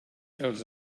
els